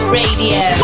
radio